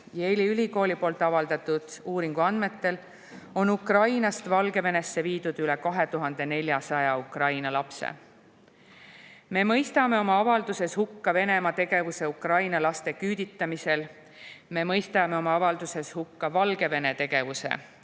Yale'i ülikooli avaldatud uuringu andmetel on Ukrainast Valgevenesse viidud üle 2400 Ukraina lapse. Me mõistame oma avalduses hukka Venemaa tegevuse Ukraina laste küüditamisel. Me mõistame oma avalduses hukka Valgevene tegevuse